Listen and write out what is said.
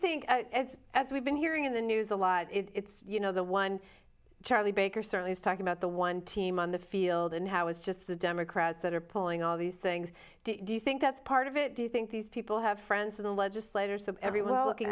think it's as we've been hearing in the news a lot it's you know the one charlie baker certainly is talking about the one team on the field and how it's just the democrats that are pulling all these things do you think that's part of it do you think these people have friends in the legislators of everyone all looking